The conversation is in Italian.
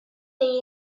degli